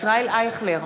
ישראל אייכלר,